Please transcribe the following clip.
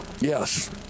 Yes